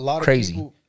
crazy